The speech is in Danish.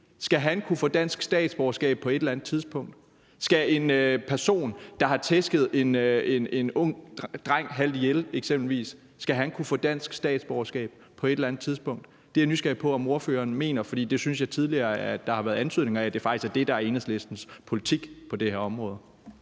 pige, kunne få dansk statsborgerskab på et eller andet tidspunkt? Skal en person, der har tæsket en ung dreng halvt ihjel eksempelvis kunne få dansk statsborgerskab på et eller andet tidspunkt? Det er jeg nysgerrig på om ordføreren mener, for det synes jeg tidligere der har været antydning af faktisk er det, der er Enhedslistens politik på det her område.